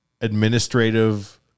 administrative